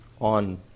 on